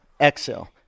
exhale